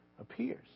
appears